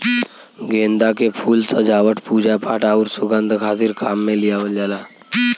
गेंदा के फूल सजावट, पूजापाठ आउर सुंगध खातिर काम में लियावल जाला